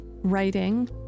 writing